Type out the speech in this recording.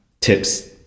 tips